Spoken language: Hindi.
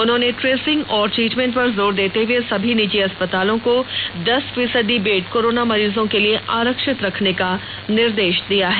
उन्होंने ट्रेसिंग और ट्रीटमेंट पर जोर देते हए समी निजी अस्पतालों को दस फीसदी बेड कोरोना मरीजों के लिए आरक्षित रखने का निर्देश दिया है